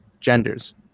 genders